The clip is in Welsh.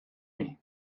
inni